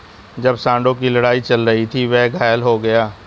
जब सांडों की लड़ाई चल रही थी, वह घायल हो गया